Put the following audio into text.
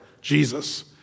Jesus